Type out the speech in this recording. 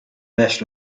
best